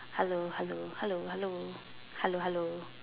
hello hello hello hello hello hello